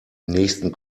nächsten